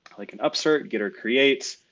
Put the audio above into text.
like an upsert get or creates.